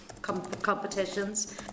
competitions